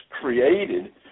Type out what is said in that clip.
created